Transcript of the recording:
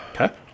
Okay